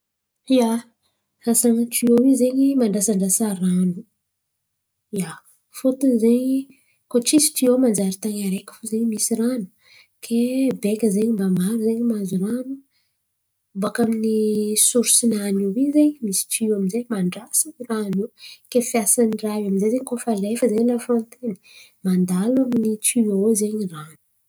Asan’ny tiô io zen̈y mandrasandrasa ran̈o. Ia, koa tsisy tiô zen̈y mandrary tan̈y araiky fo ze misy ran̈o kay beka zen̈y mba maro zen̈y mahazo ran̈o baka amin’ny sorisi-nany io misy tiô amzay mandrasa irano io. Ke fiasan’ny raha io amizay zen̈y koa fa alefa zen̈y mandalo amin’ny tiô io zen̈y rano.